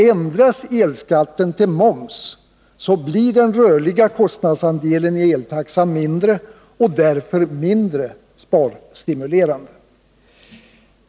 Ändras elskatten till moms blir den rörliga kostnadsandelen i eltaxan mindre och därför mindre sparstimulerande.